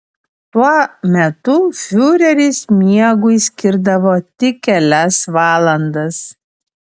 tuo metu fiureris miegui skirdavo tik kelias valandas